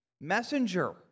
messenger